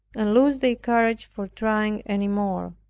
and lose their courage for trying any more.